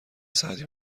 ساعتی